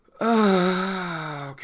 Okay